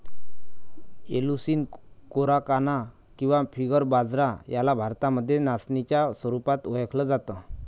Eleusine coracana किंवा finger बाजरा याला भारतामध्ये नाचणीच्या स्वरूपात ओळखल जात